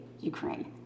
Ukraine